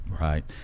Right